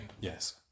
Yes